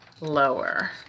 lower